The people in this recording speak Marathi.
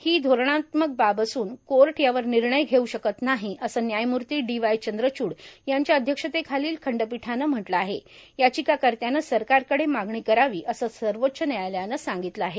ही धोरणात्मक बाब असून कोर्ट यावर निर्णय घेऊ शकत नाही अस न्यायमूर्ती डी वाय चंद्रचूड यांच्या अध्यक्षतेखालील खंडपीठाने म्हटले आहे याचिकाकर्त्यानं सरकारकडे मागणी करावी असं सर्वोच्च न्यायालयान सांगितले आहे